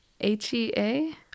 H-E-A